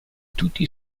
tutti